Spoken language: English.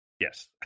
Yes